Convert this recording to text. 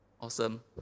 Awesome